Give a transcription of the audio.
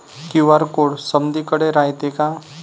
QR code समदीकडे रायतो का?